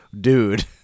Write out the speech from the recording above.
dude